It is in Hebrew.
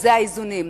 זה האיזונים.